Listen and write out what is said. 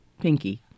pinky